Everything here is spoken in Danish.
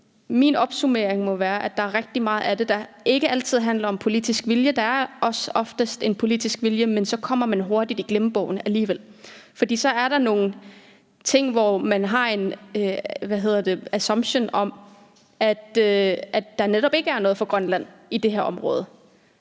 min opsummering må være, at der er rigtig meget af det, der ikke altid handler om politisk vilje. Der er også oftest en politisk vilje, men så kommer man hurtigt i glemmebogen alligevel. For så er der nogle ting, hvor man har en, hedder det assumption, om, at der netop ikke er noget for Grønland i det her område.